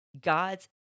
God's